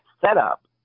setup